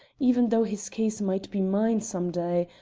even though his case might be mine some day,